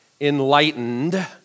enlightened